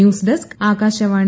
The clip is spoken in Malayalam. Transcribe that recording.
news desk Akashvani